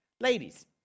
Ladies